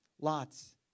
lots